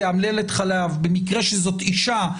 תאמלל את --- במקרה שזאת אישה,